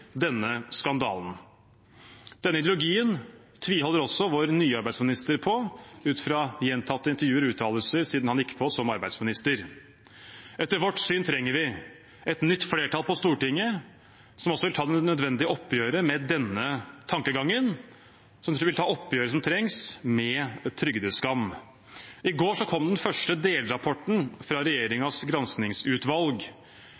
denne skandalen. Denne ideologien tviholder også vår nye arbeidsminister på, ut fra gjentatte intervjuer og uttalelser siden han gikk på som arbeidsminister. Etter vårt syn trenger vi et nytt flertall på Stortinget som også vil ta det nødvendige oppgjøret med denne tankegangen – at man vil ta oppgjøret som trengs med trygdeskam. I går kom den første delrapporten fra